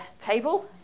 table